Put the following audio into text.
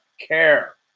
care